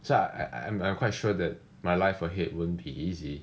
so I I I am I'm quite sure that my life ahead won't be easy